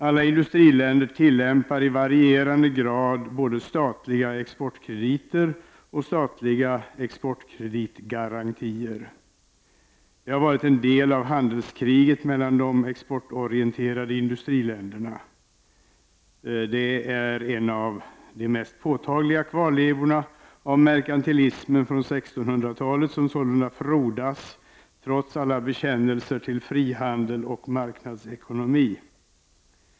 Alla industriländer tillämpar i varierande grad både statliga exportkrediter och statliga exportkreditgarantier. Sådana har varit en del av handelskriget mellan de exportorienterade industriländerna. Det är en av de mest påtagliga kvarlevorna av merkantilismen från 1600-talet, som sålunda frodas trots alla bekännelser till frihandel och marknadsekonomi.